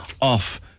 off